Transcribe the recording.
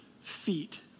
feet